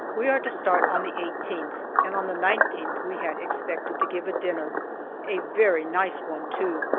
we are to start on the eighteenth, and on the nineteenth we had expected to give a dinner a very nice one, too.